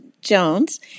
Jones